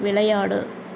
விளையாடு